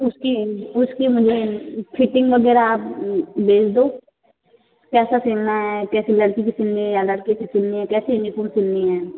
उसकी उसकी मुझे फिटिंग वगैरह आप भेज दो कैसा सिलना है कैसी लड़की की सिलनी है या लड़के के सिलनी है कैसी यूनिफॉर्म सिलनी है